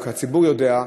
והציבור יודע,